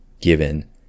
given